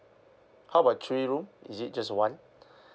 how about three room is it just one